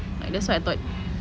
like that's what I thought